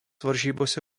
varžybose